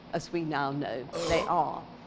as we now know they are,